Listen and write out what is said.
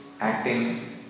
acting